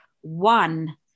one